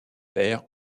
perd